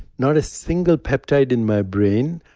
not a single peptide in my brain,